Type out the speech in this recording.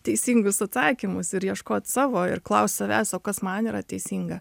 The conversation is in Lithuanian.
teisingus atsakymus ir ieškot savo ir klaust savęs o kas man yra teisinga